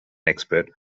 expert